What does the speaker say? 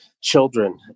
children